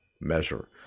measure